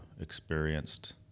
experienced